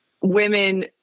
women